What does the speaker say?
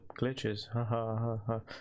glitches